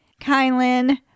Kylan